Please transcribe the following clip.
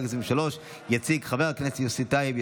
התשפ"ג 2023. יציג את ההצעה חבר הכנסת יוסף טייב,